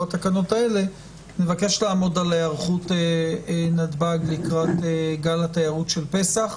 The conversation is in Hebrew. בתקנות האלה ונבקש לעמוד על היערכות נתב"ג לקראת גל התיירות של פסח.